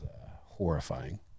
horrifying